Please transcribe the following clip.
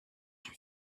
she